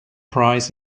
prize